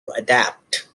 adapt